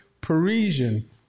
Parisian